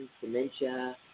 dementia